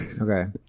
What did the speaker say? Okay